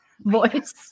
voice